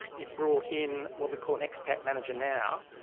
it brought in what we call an expat. manager now,